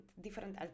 different